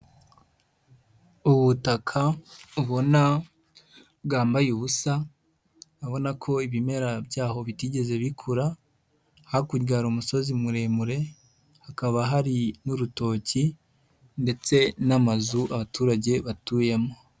Ubutaka ubona bwambaye ubusa, abona ko ibimera byaho bitigeze bikura, hakurya hari umusozi muremure, hakaba hari n'urutoki ndetse n'amazu abaturage batuyemo.